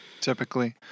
Typically